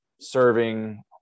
serving